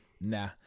nah